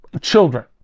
children